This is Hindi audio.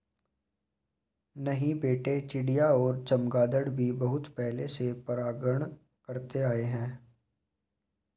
नहीं बेटे चिड़िया और चमगादर भी बहुत पहले से परागण करते आए हैं